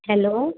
hello